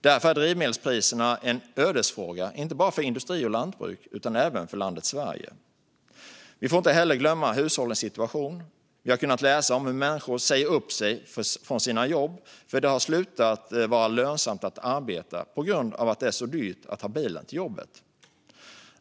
Därför är drivmedelspriserna en ödesfråga, inte bara för industri och lantbruk utan även för landet Sverige. Vi får inte heller glömma hushållens situation. Vi har kunnat läsa om hur människor säger upp sig från sina jobb för att det har slutat vara lönsamt att arbeta på grund av att det är så dyrt att ta bilen till jobbet.